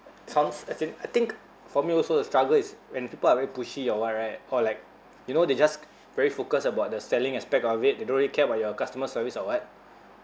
sounds I think I think for me also the struggle is when people are very pushy or what right or like you know they just very focus about the selling aspect of it they don't really care about your customer service or what